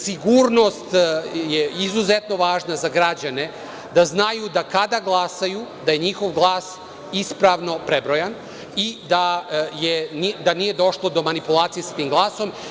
Sigurnost je izuzetno važna za građane, da znaju kada glasaju da je njihov glas ispravno prebrojan i da nije došlo do manipulacije sa tim glasom.